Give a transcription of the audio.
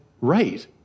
right